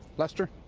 lester.